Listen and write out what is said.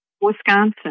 Wisconsin